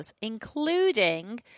including